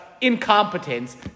incompetence